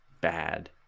bad